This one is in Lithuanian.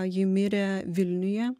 ji mirė vilniuje